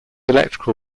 electrical